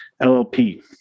LLP